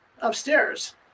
upstairs